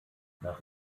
nach